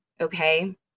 Okay